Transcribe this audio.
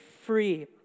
free